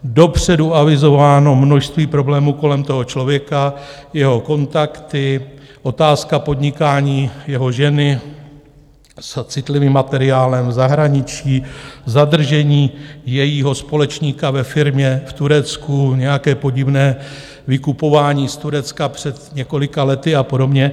Dopředu avizováno množství problémů kolem toho člověka, jeho kontakty, otázka podnikání jeho ženy s citlivým materiálem v zahraničí, zadržení jejího společníka ve firmě v Turecku, nějaké podivné vykupování z Turecka před několika lety a podobně.